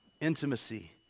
intimacy